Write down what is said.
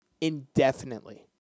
indefinitely